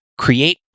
Create